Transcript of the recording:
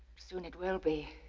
soon it will be.